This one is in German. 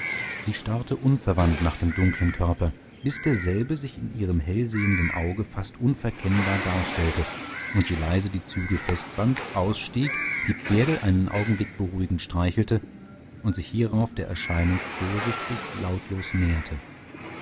sie starrte unverwandt nach dem dunklen körper bis derselbe sich ihrem hellsehenden auge fast unverkennbar darstellte und sie leise die zügel festband ausstieg die pferde einen augenblick beruhigend streichelte und sich hierauf der erscheinung vorsichtig lautlos näherte